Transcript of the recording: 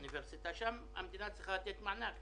באוניברסיטה הפתוחה,